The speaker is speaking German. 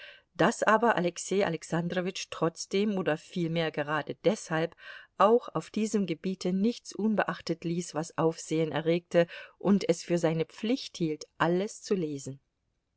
daß aber alexei alexandrowitsch trotzdem oder vielmehr gerade deshalb auch auf diesem gebiete nichts unbeachtet ließ was aufsehen erregte und es für seine pflicht hielt alles zu lesen